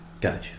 Gotcha